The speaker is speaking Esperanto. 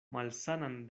malsanan